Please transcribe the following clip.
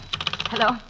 Hello